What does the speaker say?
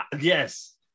Yes